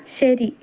ശരി